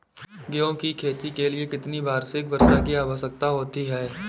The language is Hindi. गेहूँ की खेती के लिए कितनी वार्षिक वर्षा की आवश्यकता होती है?